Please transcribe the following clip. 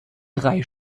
drei